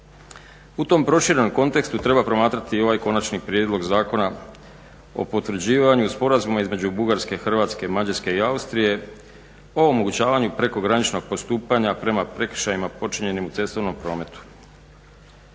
U tom proširenom kontekstu treba promatrati ovaj Konačni prijedlog Zakona o potvrđivanju sporazuma između Bugarske, Hrvatske, Mađarske i Austrije o omogućavanju prekograničnog postupanja prema prekršajima počinjenim u cestovnom prometu.